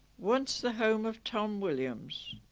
once the home of tom williams